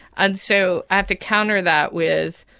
and so i have to counter that with,